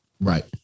Right